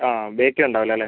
ആ ബേക്കും ഉണ്ടാവില്ല അല്ലേ